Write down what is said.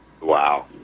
Wow